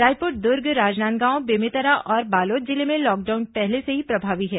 रायपुर दुर्ग राजनांदगांव बेमेतरा और बालोद जिले में लॉकडाउन पहले से ही प्रभावी है